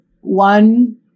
one